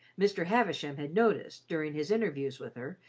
mr. havisham had noticed, during his interviews with her,